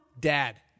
dad